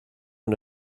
una